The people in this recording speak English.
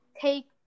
take